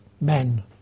men